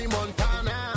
Montana